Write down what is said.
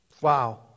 Wow